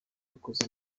wakoze